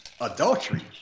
adultery